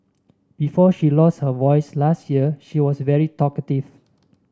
before she lost her voice last year she was very talkative